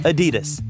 Adidas